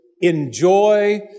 enjoy